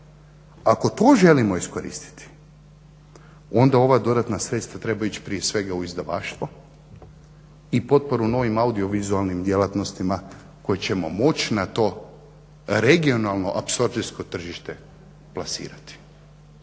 Ako to želimo iskoristiti, onda ova dodatna sredstva trebaju ići prije svega u izdavaštvo i potporu novim audiovizualnim djelatnostima koje ćemo moć na to regionalno, apsorpcijsko tržište plasirati.